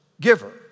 giver